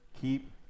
Keep